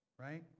Right